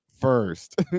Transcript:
first